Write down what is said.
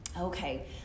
Okay